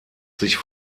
sich